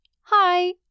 Hi